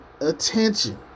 attention